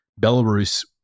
Belarus